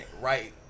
right